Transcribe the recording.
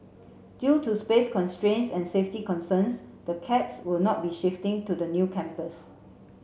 due to space constraints and safety concerns the cats will not be shifting to the new campus